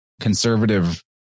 conservative